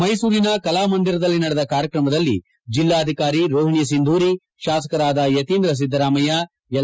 ಮೈಸೂರಿನ ಕಲಾಮಂದಿರದಲ್ಲಿ ನಡೆದ ಕಾರ್ಯಕ್ರಮದಲ್ಲಿ ಜಿಲ್ಲಾಧಿಕಾರಿ ರೋಹಿಣಿ ಸಿಂಧೂರಿ ಶಾಸಕರಾದ ಯತೀಂದ್ರ ಸಿದ್ದರಾಮಯ್ಯ ಎಲ್